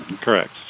Correct